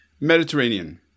Mediterranean